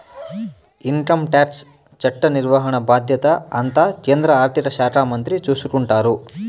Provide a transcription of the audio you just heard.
income tax చట్ట నిర్వహణ బాధ్యత అంతా కేంద్ర ఆర్థిక శాఖ మంత్రి చూసుకుంటారు